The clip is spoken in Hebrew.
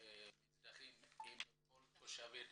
מזדהים עם כל תושבי הדרום,